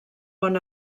bon